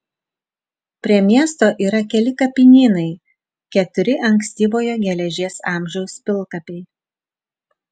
prie miesto yra keli kapinynai keturi ankstyvojo geležies amžiaus pilkapiai